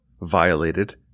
violated